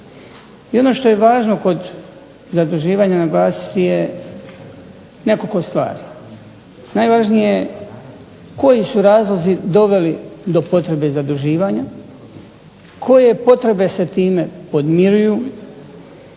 I ono što je važno kod zaduživanja naglasiti je nekoliko stvari. Najvažnije je koji su razlozi doveli do potrebe zaduživanja, koje potrebe se time podmiruju,